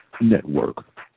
Network